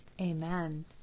Amen